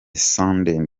sunday